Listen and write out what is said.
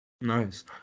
Nice